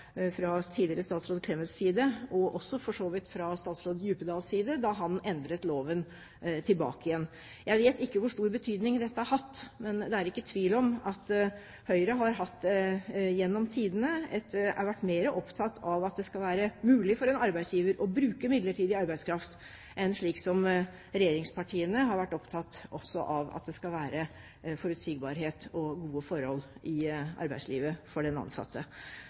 også for så vidt fra tidligere statsråd Djupedals side da han endret loven tilbake igjen. Jeg vet ikke hvor stor betydning dette har hatt, men det er ikke tvil om at Høyre gjennom tidene har vært mer opptatt av at det skal være mulig for en arbeidsgiver å bruke midlertidig arbeidskraft. Regjeringspartiene har vært opptatt av at det også skal være forutsigbarhet og gode forhold i arbeidslivet for den ansatte.